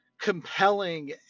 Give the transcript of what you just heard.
compelling